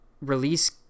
release